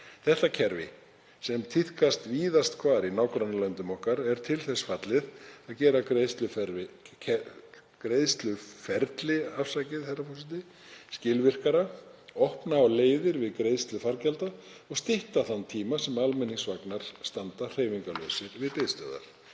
Þetta kerfi, sem tíðkast víðast hvar í nágrannalöndum okkar, er til þess fallið að gera greiðsluferli skilvirkara, opna á nýjar leiðir við greiðslu fargjalda og stytta þann tíma sem almenningsvagnar standa hreyfingarlausir við biðstöðvar.